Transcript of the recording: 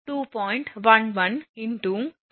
1kV cm 2